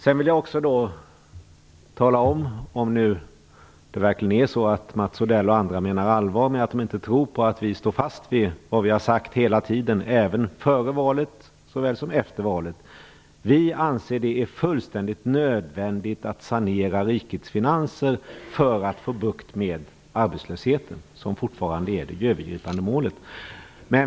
Jag vill också tala om, om det nu verkligen är så att Mats Odell och andra menar allvar med att de inte tror på att vi står fast vid vad vi har sagt hela tiden - såväl före som efter valet, att vi anser det vara fullständigt nödvändigt att sanera rikets finanser för att få bukt med arbetslösheten, vilket fortfarande är det övergripande målet.